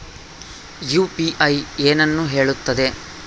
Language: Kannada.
ಯು.ಪಿ.ಐ ಏನನ್ನು ಹೇಳುತ್ತದೆ?